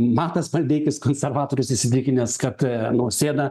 matas maldeikis konservatorius įsitikinęs kad nausėda